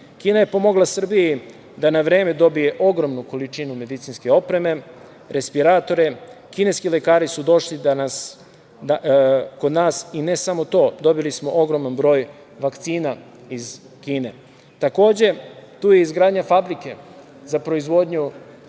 Kina je pomogla Srbiji da na vreme dobije ogromnu količinu medicinske opreme, respiratore. Kineski lekari su došli kod nas i ne samo to, dobili smo ogroman broj vakcina iz Kine. Takođe, tu je i izgradnja fabrike za proizvodnju